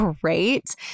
great